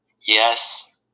yes